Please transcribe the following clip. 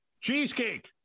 cheesecake